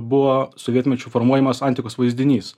buvo sovietmečiu formuojamas antikos vaizdinys